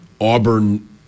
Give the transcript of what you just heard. Auburn